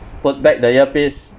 put back the earpiece